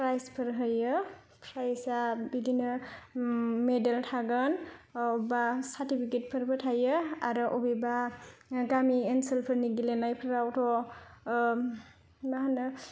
प्राइजफोर होयो प्राइजआ बिदिनो मेडेल थागोन बा सार्टिफिकेटफोरबो थायो आरो बबेबा गामि ओनसोलफोरनि गेलेनायफ्रावथ' मा होनो